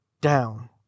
down